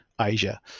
Asia